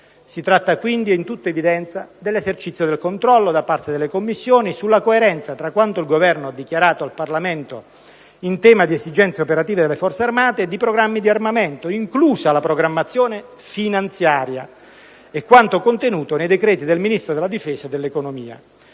Si tratta, quindi, in tutta evidenza, dell'esercizio del controllo da parte delle Commissioni sulla coerenza tra quanto il Governo ha dichiarato al Parlamento in tema di esigenze operative delle Forze armate e di programmi di armamento, inclusa la programmazione finanziaria, e quanto contenuto nei decreti del Ministro della difesa e del Ministro